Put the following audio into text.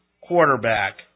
quarterback